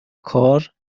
کار